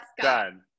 Done